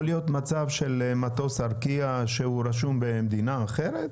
יכול להיות מצב של מטוס ארקיע שהוא רשום במדינה אחרת?